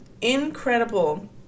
incredible